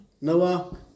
Noah